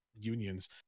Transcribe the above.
unions